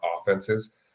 offenses